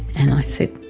and i said,